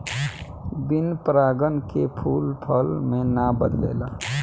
बिन परागन के फूल फल मे ना बदलेला